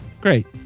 Great